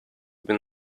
been